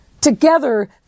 Together